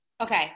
Okay